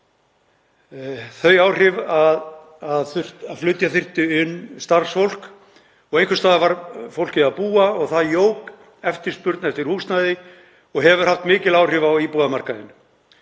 þau áhrif að flytja þurfti inn starfsfólk. Einhvers staðar varð fólk að búa og það jók eftirspurn eftir húsnæði og hefur haft mikil áhrif á íbúðamarkaðinn.